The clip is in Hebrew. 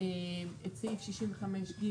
את סעיף 65ג,